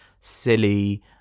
silly